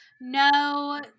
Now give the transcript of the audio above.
no